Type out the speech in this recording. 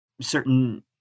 certain